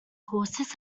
courses